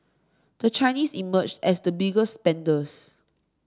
the Chinese emerged as the biggest spenders